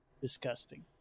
disgusting